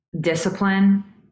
discipline